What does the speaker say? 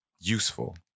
useful